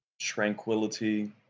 tranquility